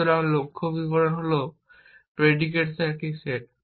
সুতরাং লক্ষ্য বিবরণ হল predicates একটি সেট